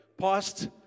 Past